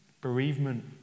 Bereavement